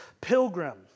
pilgrim